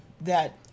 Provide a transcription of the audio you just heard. that-